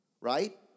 Right